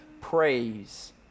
praise